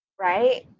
right